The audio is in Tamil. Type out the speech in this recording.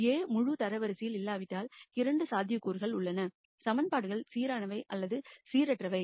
A புள் ரேங்க் இல்லாவிட்டால் 2 சாத்தியக்கூறுகள் உள்ளன சமன்பாடுகள் சீரானவை அல்லது சீரற்றவை